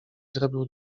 zrobił